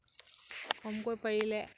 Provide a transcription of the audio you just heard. কমকৈ পাৰিলে